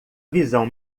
visão